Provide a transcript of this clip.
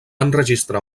enregistrar